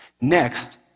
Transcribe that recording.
Next